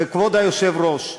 וכבוד היושב-ראש,